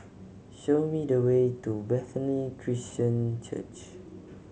show me the way to Bethany Christian Church